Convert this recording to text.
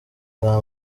bwa